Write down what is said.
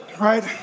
right